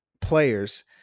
players